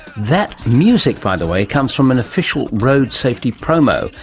that music, by the way, comes from an official road safety promo,